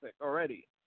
already